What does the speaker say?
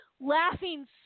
laughing